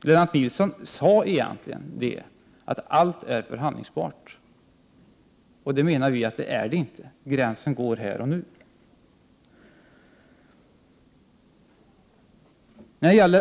Lennart Nilsson sade egentligen att allt är förhandlingsbart, medan vi menar att det inte är det: gränsen går här och nu.